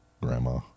Grandma